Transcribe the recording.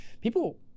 People